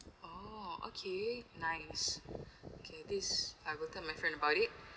oh okay nice okay this I will tell my friend about it